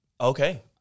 Okay